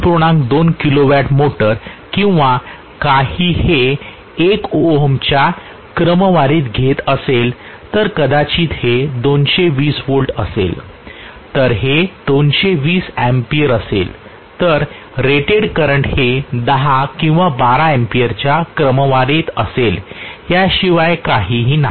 २ kilowatt motor किंवा काही हे 1 ओहमच्या क्रमवारीत घेत असेल तर कदाचित हे 220 व्होल्ट असेल तर हे २२० अँपिअर असेल तर रेटेड करंट हे 10 किंवा 12 अँपिअर च्या क्रमवारीत असेल याशिवाय काहीही नाही